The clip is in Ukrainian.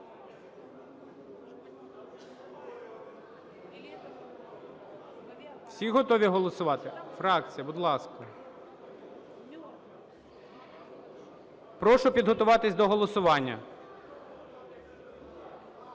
Всі готові голосувати? Фракція, будь ласка. Прошу підготуватись до голосування.